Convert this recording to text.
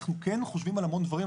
אנחנו כן חושבים על המון דברים.